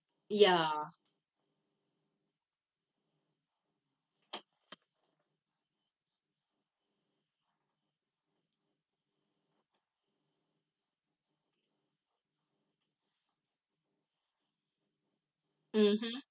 ya mmhmm